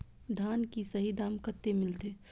धान की सही दाम कते मिलते?